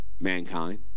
Mankind